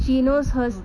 she knows her s~